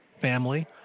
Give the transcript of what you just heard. family